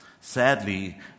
Sadly